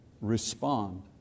respond